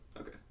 Okay